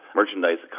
merchandise